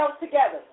together